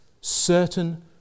certain